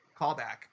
callback